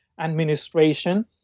Administration